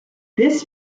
this